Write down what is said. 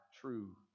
true